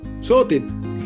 Sorted